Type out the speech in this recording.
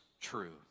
true